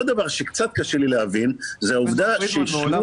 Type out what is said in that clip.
עוד דבר שקצת קשה לי להבין זה העובדה ששיעור